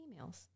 emails